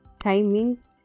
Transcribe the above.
timings